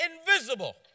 invisible